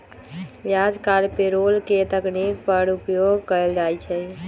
याजकाल पेरोल के तकनीक पर उपयोग कएल जाइ छइ